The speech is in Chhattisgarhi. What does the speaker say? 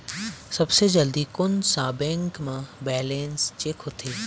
सबसे जल्दी कोन सा बैंक म बैलेंस चेक होथे?